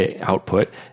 output